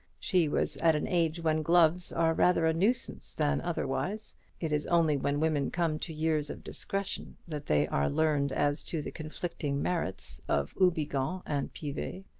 she was at an age when gloves are rather a nuisance than otherwise it is only when women come to years of discretion that they are learned as to the conflicting merits of houbigant and piver.